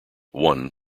one